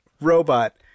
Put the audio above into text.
robot